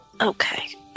Okay